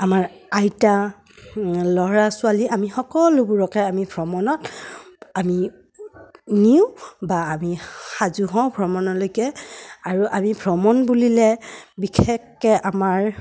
আমাৰ আইতা ল'ৰা ছোৱালী আমি সকলোবোৰকে আমি ভ্ৰমণত আমি নিওঁ বা আমি সাজু হওঁ ভ্ৰমণলৈকে আৰু আমি ভ্ৰমণ বুলিলে বিশেষকৈ আমাৰ